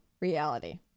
reality